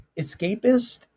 escapist